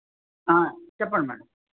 చెప్పండి మేడమ్